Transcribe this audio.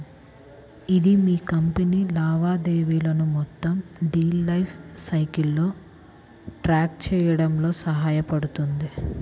ఇది మీ కంపెనీ లావాదేవీలను మొత్తం డీల్ లైఫ్ సైకిల్లో ట్రాక్ చేయడంలో సహాయపడుతుంది